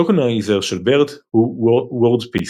הטוקנייזר של BERT הוא WordPiece,